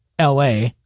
LA